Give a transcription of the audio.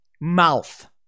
mouth